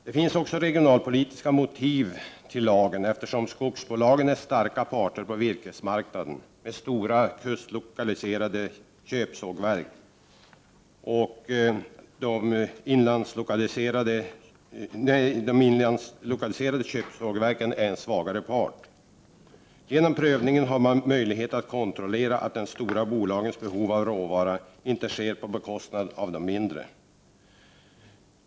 Det finns också regionalpolitiska motiv till lagen, eftersom skogsbolagen är starka parter på virkesmarknaden med stora kustlokaliserade industrier, medan de inlandslokaliserade köpsågverken är en svagare part. Genom prövningen har man möjlighet att kontrollera att tillgodoseendet av de stora bolagens behov av råvara inte sker på bekostnad av de mindres.